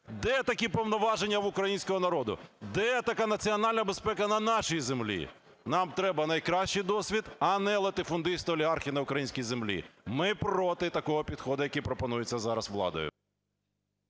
Де такі повноваження в українського народу? Де така національна безпека на нашій землі? Нам треба найкращий досвід, а не латифундисти і олігархи на українській землі. Ми проти такого підходу, який пропонується зараз владою.